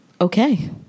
Okay